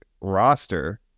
roster